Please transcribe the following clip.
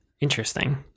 interesting